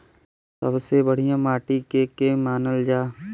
सबसे बढ़िया माटी के के मानल जा?